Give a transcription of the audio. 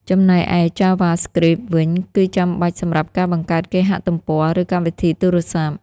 ចំណែកឯ JavaScript វិញ គឺចាំបាច់សម្រាប់ការបង្កើតគេហទំព័រ ឬកម្មវិធីទូរស័ព្ទ។